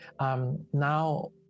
now